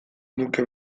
nuke